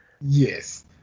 Yes